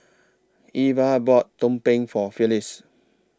Iver bought Tumpeng For Phylis